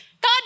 God